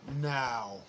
now